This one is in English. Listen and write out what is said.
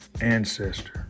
ancestor